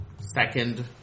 second